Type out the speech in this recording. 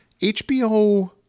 HBO